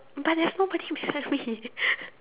but there's nobody beside me